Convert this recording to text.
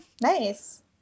Nice